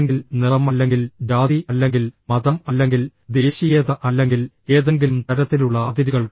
അല്ലെങ്കിൽ നിറം അല്ലെങ്കിൽ ജാതി അല്ലെങ്കിൽ മതം അല്ലെങ്കിൽ ദേശീയത അല്ലെങ്കിൽ ഏതെങ്കിലും തരത്തിലുള്ള അതിരുകൾ